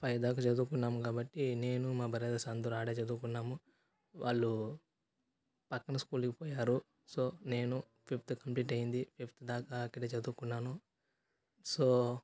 five దాకా చదువుకున్నాం కాబట్టి నేను మా బ్రదర్స్ అందరు ఆడే చదువుకున్నాము వాళ్ళు పక్కన స్కూల్కి పోయారు సో నేను ఫిఫ్త్ కంప్లీట్ అయ్యింది ఫిఫ్త్ దాక అక్కడే చదువుకున్నాను సో